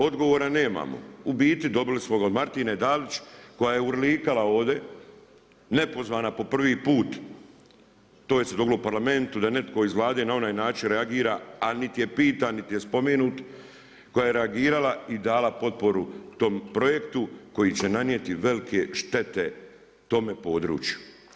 Odgovora nemamo, u biti dobili smo ga od Martine Dalić koja je urlikala ovdje nepozvana po prvi put to se je dogodilo u Parlamentu da netko iz Vlade na onaj način reagira a niti je pitan niti je spomenut, koja je reagirala i dala potporu tom projektu koji će nanijeti velike štete tome području.